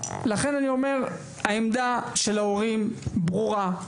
לכן אני אומר, העמדה של ההורים ברורה.